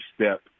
step